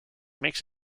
makes